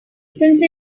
since